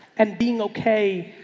and being okay.